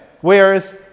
Whereas